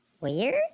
weird